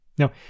Now